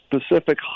specific